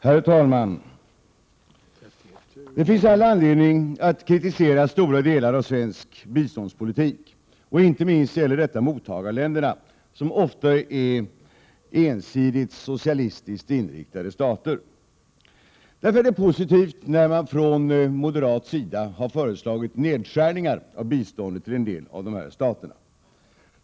Herr talman! Det finns all anledning att kritisera stora delar av svensk biståndspolitik. Inte minst gäller detta valet av mottagarländer, som ofta är ensidigt socialistiskt inriktade stater. Därför är det positivt när man från moderat sida har föreslagit nedskärningar av biståndet till en del av dessa stater.